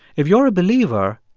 if you're a believer,